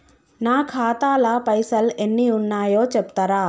నా ఖాతా లా పైసల్ ఎన్ని ఉన్నాయో చెప్తరా?